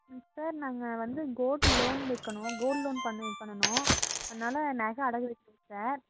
ம் சார் நாங்கள் வந்து கோல்ட் லோன் வைக்கணும் கோல்ட் லோன் பண்ணி இது பண்ணணும் அதனால நகை அடகு வைக்கணும் சார்